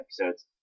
episodes